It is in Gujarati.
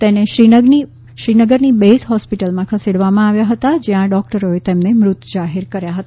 તેને શ્રીનગરની બેઝ હોસ્પિટલમાં ખસેડવામાં આવ્યા હતા જ્યાં ડોકટરોએ તેમને મૃત જાહેર કર્યા હતા